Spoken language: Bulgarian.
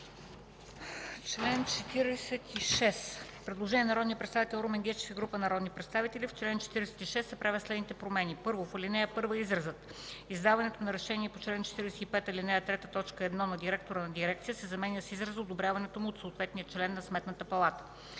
чл. 46 има предложение на народния представител Румен Гечев и група народни представители: „В чл. 46 се правят следните промени: 1. В ал. 1 изразът „издаването на решение по чл. 45, ал. 3, т. 1 на директора на дирекция” се заменя с израза „одобряването му от съответния член на Сметната палата”.